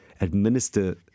administer